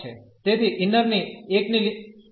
તેથી ઇન્નર ની એક ની આ લિમિટ x ની બરાબર y છે